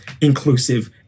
inclusive